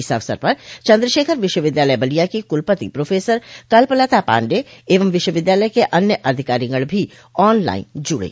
इस अवसर पर चन्द्रशेखर विश्वविद्यालय बलिया की कुलपति प्रोफेसर कल्पलता पाण्डेय एवं विश्वविद्यालय के अन्य अधिकारीगण भी ऑन लाइन जुड़े